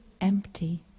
empty